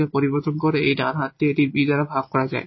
তা পরিবর্তন করে এই ডান হাতটি এই 𝑏 দ্বারা ভাগ করা যায়